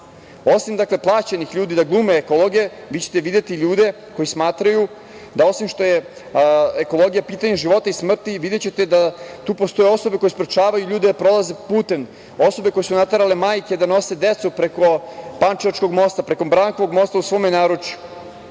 Osim plaćenih ljudi da glume ekologe, vi ćete videti ljude koji smatraju da osim što je ekologija pitanje života i smrti, videćete da tu postoje osobe koje sprečavaju ljude da prolaze putem, osobe koje su naterale majke da nose decu preko Pančevačkog mosta, preko Brankovog mosta u svome naručju. Zato